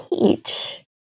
peach